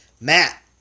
Matt